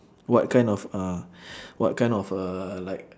what kind of a what kind of uh like